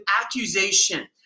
accusation